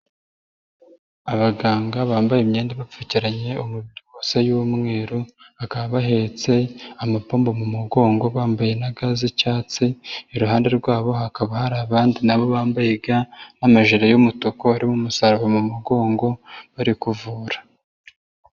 Abaganga bambaye imyenda bapfukiranye umubiri wose y'umweru, bakaba bahetse amapombo mu mugongo bambaye na ga z'icyatsi, iruhande rwabo hakaba hari abandi nabo bambaye nk'amajiri y'umutuku, harimo umusaraba mu mugongo bari kuvura.